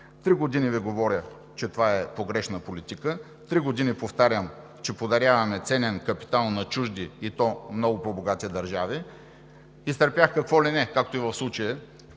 Три години Ви говоря, че това е погрешна политика. Три години повтарям, че подаряваме ценен капитал на чужди, и то много по-богати държави. Изтърпях какво ли не, както и в случая